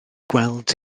gweld